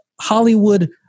Hollywood